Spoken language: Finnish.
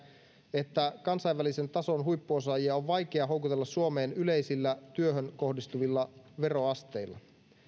että kansainvälisen tason huippuosaajia on vaikea houkutella suomeen yleisillä työhön kohdistuvilla veroasteilla